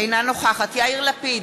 אינה נוכחת יאיר לפיד,